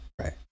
right